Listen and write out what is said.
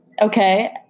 Okay